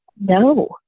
no